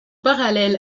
parallèle